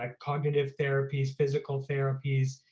ah cognitive therapies, physical therapies,